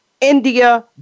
India